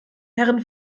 herren